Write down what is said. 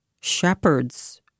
shepherds